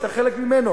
שאתה חלק ממנו,